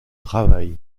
travail